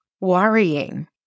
Worrying